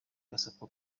gasopo